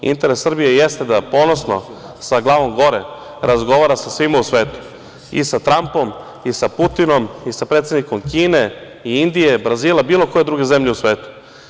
Interes Srbije jeste da ponosno sa glavom gore razgovara sa svima u svetu i sa Trampom i sa Putinom i sa predsednikom Kine i Indije, Brazila, bilo koje druge zemlje u svetu.